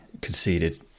conceded